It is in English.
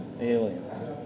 aliens